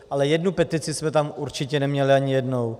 Ale jednu petici jsme tam určitě neměli ani jednou.